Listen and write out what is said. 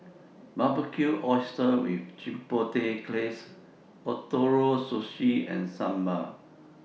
Barbecued Oysters with Chipotle Glaze Ootoro Sushi and Sambar